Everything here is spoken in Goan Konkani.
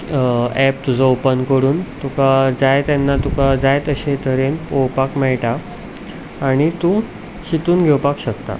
एप तुजो ऑपन करून तुका जाय तेन्ना तुका जाय तशें तरेन पोवपाक मेळटा आनी तूं चिंतून घेवपाक शकता